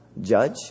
judge